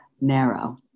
narrow